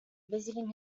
visiting